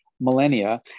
millennia